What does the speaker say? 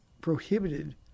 prohibited